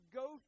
go